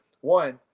one